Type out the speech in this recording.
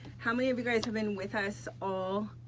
how many of you guys have been with us all,